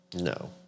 No